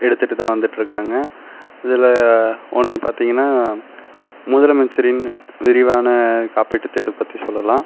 எடுத்துகிட்டுதான் வந்துட்டு இருக்காங்க இதில் ஒன்று பார்த்தீங்கனா முதலமைச்சரின் விரிவானக் காப்பீட்டுத் திட்டத்தைப் பற்றி சொல்லலாம்